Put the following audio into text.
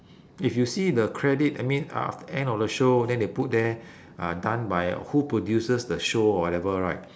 if you see the credit I mean ah aft~ end of the show then they put there uh done by who produces the show whatever right